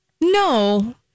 no